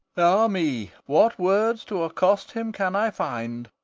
ah me! what words to accost him can i find?